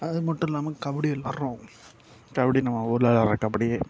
அது மட்டும் இல்லாமல் கபடி விளாட்றோம் கபடி நம்ம ஊரில் வெட்டப்படி